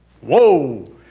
Whoa